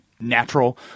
natural